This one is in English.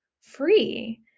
free